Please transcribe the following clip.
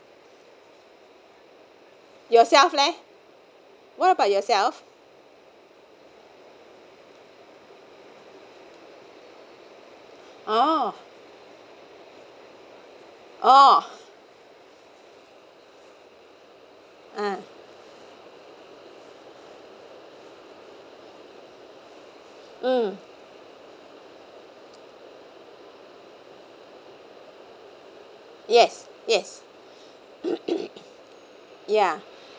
yourself leh what about yourself oh oh ah mm yes yes ya